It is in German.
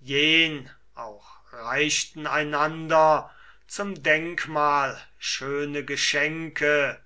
jen auch reichten einander zum denkmal schöne geschenke